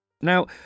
Now